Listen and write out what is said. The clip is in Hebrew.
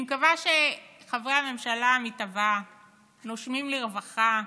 אני מקווה שחברי הממשלה המתהווה נושמים לרווחה,